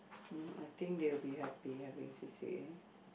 I think they'll be happy having C_C_A